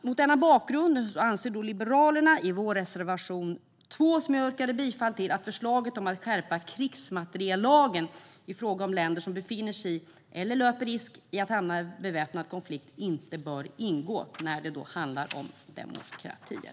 Mot denna bakgrund anser Liberalerna i vår reservation 2, som jag yrkade bifall till, att förslaget om att skärpa krigsmateriel-lagen i fråga om länder som befinner sig i eller löper risk att hamna i be-väpnad konflikt inte bör ingå, när det gäller demokratier.